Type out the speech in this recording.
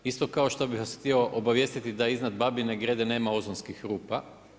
Isto kao što bih vas htio obavijestiti da iznad Babine Grede nema ozonskih rupa.